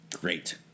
Great